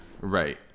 right